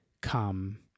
come